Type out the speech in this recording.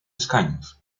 escaños